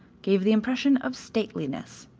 gave the impression of stateliness.